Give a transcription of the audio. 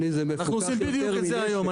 אנחנו עושים יותר מזה היום,